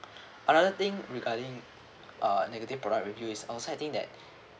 another thing regarding uh negative product review is also I think that